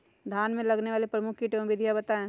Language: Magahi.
धान में लगने वाले प्रमुख कीट एवं विधियां बताएं?